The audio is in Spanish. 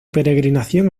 peregrinación